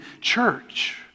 church